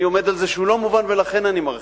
אני עומד על זה שהוא לא מובן, ולכן אני מרחיב.